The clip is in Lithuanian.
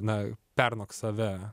na pernoks save